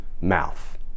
mouth